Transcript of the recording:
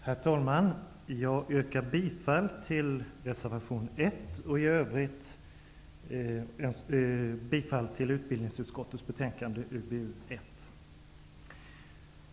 Herr talman! Jag yrkar bifall till reservation 1 och i övrigt till hemställan i utbildningsutskottets betänkande UbU1.